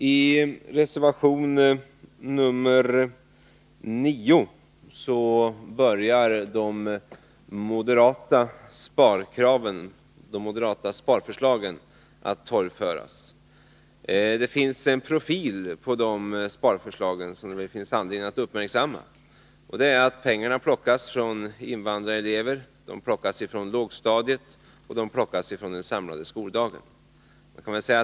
I reservation nr 9 börjar de moderata sparförslagen att torgföras. Dessa sparförslag har en profil som det finns anledning att uppmärksamma. Det är att pengarna plockas från anslagen för invandrarelever, lågstadiet och den samlade skoldagen.